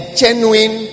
genuine